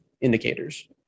indicators